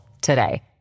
today